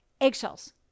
eggshells